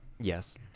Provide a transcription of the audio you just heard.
Yes